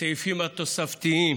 בסעיפים התוספתיים